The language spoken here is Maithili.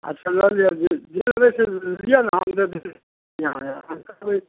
अच्छा लऽ लिअ जे जे लेबै से लिअ ने हम दऽ दै छी जे अहाँके आहाँ कहबै